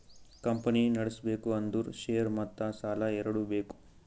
company ನಡುಸ್ಬೆಕ್ ಅಂದುರ್ share ಮತ್ತ ಸಾಲಾ ಎರಡು ಬೇಕ್